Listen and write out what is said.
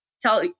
tell